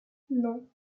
non